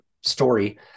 story